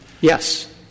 Yes